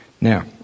Now